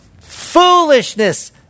foolishness